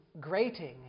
grating